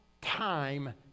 time